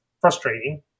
frustrating